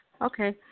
Okay